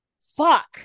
fuck